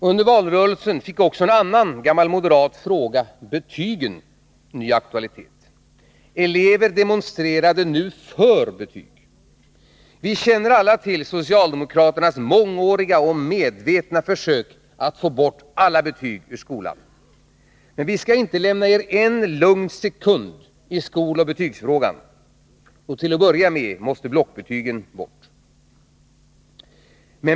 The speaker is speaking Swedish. Under valrörelsen fick också en annan gammal moderat fråga — betygen — ny aktualitet. Elever demonstrerade nu för betyg. Vi känner alla till socialdemokraternas mångåriga och medvetna försök att få bort alla betyg ur skolan. Men vi skall inte lämna er en lugn sekund i skoloch betygsfrågan. Till att börja med måste blockbetygen bort.